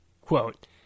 Quote